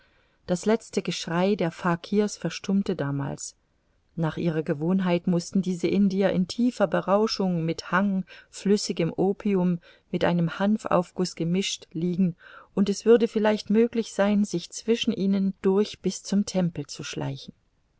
das letzte geschrei der fakirs verstummte damals nach ihrer gewohnheit mußten diese indier in tiefer berauschung mit hang flüssigem opium mit einem hanfaufguß gemischt liegen und es würde vielleicht möglich sein sich zwischen ihnen durch bis zum tempel zu schleichen